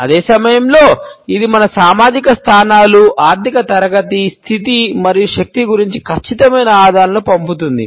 అదే సమయంలో ఇది మన సామాజిక స్థానాలు ఆర్థిక తరగతి స్థితి మరియు శక్తి గురించి ఖచ్చితమైన ఆధారాలను పంపుతుంది